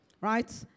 right